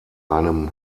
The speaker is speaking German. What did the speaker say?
einem